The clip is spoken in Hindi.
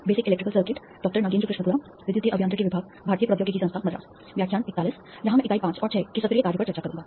यहां मैं इकाई 5 और 6 के सत्रीय कार्य पर चर्चा करूंगा